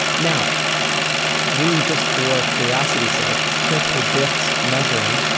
now we, just for curiosity sake, took a brix measuring